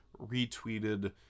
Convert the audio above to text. retweeted